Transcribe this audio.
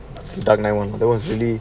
dark knight there was really